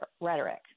rhetoric